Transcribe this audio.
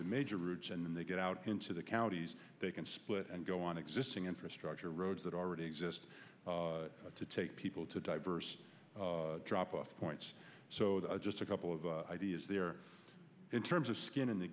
the major routes and then they get out into the counties they can split and go on existing infrastructure roads that already exist to take people to diverse drop off points so just a couple of ideas there in terms of skin in the